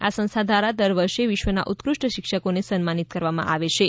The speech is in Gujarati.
આ સંસ્થા દ્વારા દર વર્ષે વિશ્વના ઉત્કૃષ્ટ શિક્ષકોને સન્માનિત કરવામાં આવછે